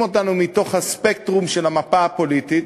אותנו מתוך הספקטרום של המפה הפוליטית,